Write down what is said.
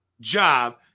job